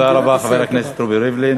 תודה רבה, חבר הכנסת רובי ריבלין.